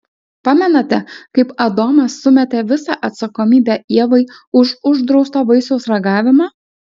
pamenate kaip adomas sumetė visą atsakomybę ievai už uždrausto vaisiaus ragavimą